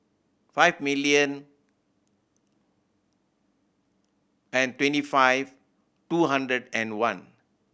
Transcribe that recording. five million and twenty five two hundred and one